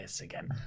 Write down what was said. again